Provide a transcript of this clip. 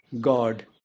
god